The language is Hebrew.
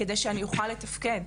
כדי שאוכל לתפקד.